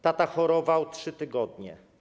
Tata chorował 3 tygodnie.